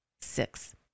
Six